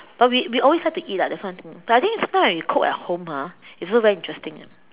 but we we always like to eat lah that's one thing but I think it's nice if you cook at home ah it's also very interesting eh